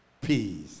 peace